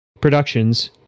Productions